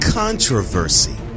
controversy